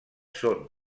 són